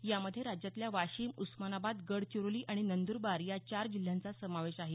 यामध्ये राज्यातल्या वाशिम उस्मानाबाद गडचिरोली आणि नंदुरबार या चार जिल्ह्यांचा समावेश आहे